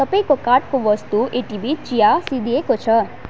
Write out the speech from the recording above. तपाईँको कार्टको वस्तु एटिभी चिया सिद्धिएको छ